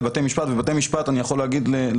בית משפט בדרך כלל מאשר.